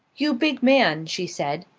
you big man! she said.